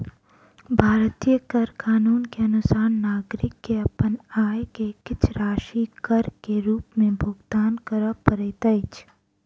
भारतीय कर कानून के अनुसार नागरिक के अपन आय के किछ राशि कर के रूप में भुगतान करअ पड़ैत अछि